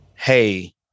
Hey